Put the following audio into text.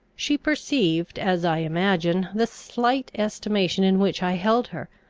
she perceived, as i imagine, the slight estimation in which i held her,